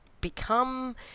become